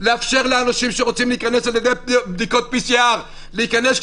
לאפשר לאנשים שרוצים להיכנס על ידי בדיקות PCR להיכנס,